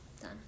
done